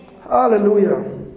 Hallelujah